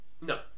No